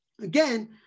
Again